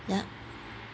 ya